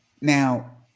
Now